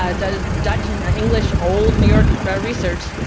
ah does dutch and ah english old new york research.